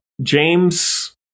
James